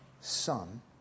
Son